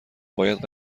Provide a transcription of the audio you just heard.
باید